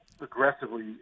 aggressively